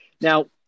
Now